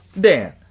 Dan